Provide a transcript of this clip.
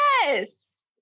Yes